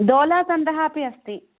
दोलासन्दः अपि अस्ति